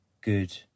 good